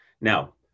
Now